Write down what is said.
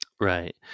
Right